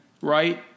right